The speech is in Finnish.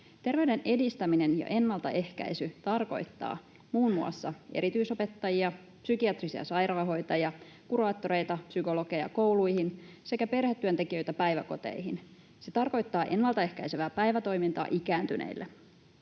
Terveyden edistäminen ja ennaltaehkäisy tarkoittavat muun muassa erityisopettajia, psykiatrisia sairaanhoitaja, kuraattoreita, psykologeja kouluihin sekä perhetyöntekijöitä päiväkoteihin. Se tarkoittaa ennaltaehkäisevää päivätoimintaa ikääntyneille.